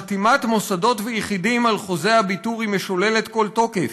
חתימת מוסדות ויחידים על חוזה הביתור משוללת כל תוקף,